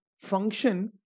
function